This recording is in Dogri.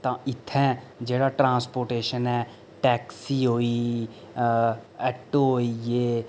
तां इत्थैं जेह्ड़ा ट्रांसपोटेशन ऐ टैक्सी होई ऐ ऐटो होई ए